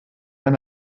han